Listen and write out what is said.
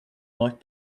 might